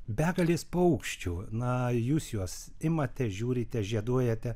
begalės paukščių na jūs juos imate žiūrite žieduojate